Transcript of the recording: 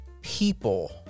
people